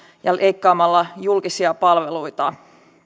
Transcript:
ja leikkaamalla julkisia palveluita